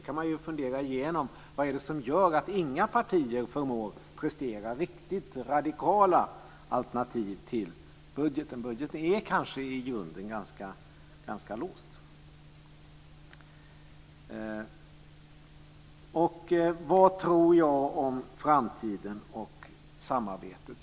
Man kan ju fundera igenom vad det är som gör att inga partier förmår prestera riktigt radikala alternativ till budgeten. Budgeten är kanske i grunden ganska låst. Vad tror jag om framtiden och samarbetet?